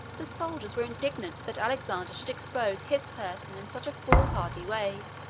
the soldiers were indignant that alexander should expose his person in such a fool hardy way,